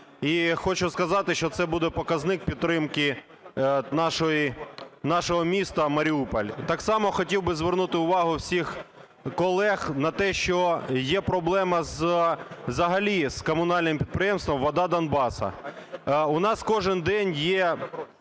І хочу сказати, що це буде показник підтримки нашого міста Маріуполь. Так само хотів би звернути увагу всіх колег на те, що є проблема взагалі з комунальним підприємством "Вода Донбасу". У нас кожен день є